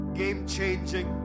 game-changing